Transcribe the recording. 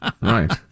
right